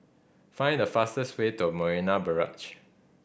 find the fastest way to Marina Barrage